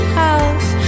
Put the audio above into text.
house